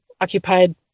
occupied